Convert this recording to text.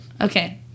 okay